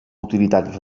utilitat